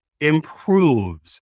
improves